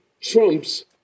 Trump's